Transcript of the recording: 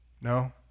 No